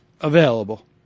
available